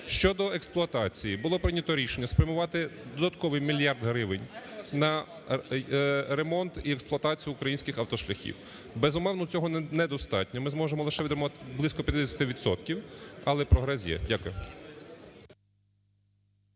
Щодо експлуатації. Було прийнято рішення спрямувати додатковий мільярд гривень на ремонт і експлуатацію українських автошляхів. Безумовно, цього недостатньо, ми зможемо лише відремонтувати близько 50 відсотків, але прогрес є. Дякую.